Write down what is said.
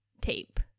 tape